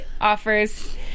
offers